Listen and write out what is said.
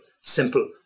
Simple